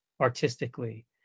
artistically